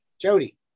Jody